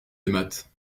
aimâtes